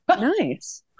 Nice